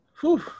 Whew